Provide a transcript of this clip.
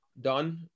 done